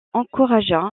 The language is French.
encouragea